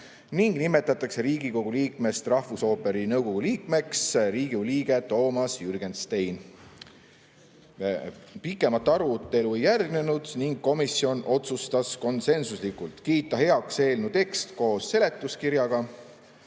ning nimetatakse Riigikogu liikmest rahvusooperi nõukogu liikmeks Riigikogu liige Toomas Jürgenstein. Pikemat arutelu ei järgnenud ning komisjon otsustas (konsensuslikult) kiita heaks eelnõu tekst koos seletuskirjaga.